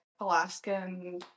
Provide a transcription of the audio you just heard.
Alaskan